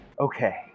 Okay